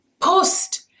post